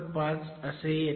5 येते